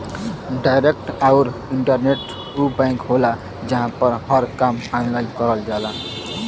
direct आउर internet उ bank होला जहां पर हर काम ऑनलाइन करल जाला